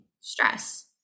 stress